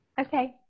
Okay